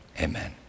Amen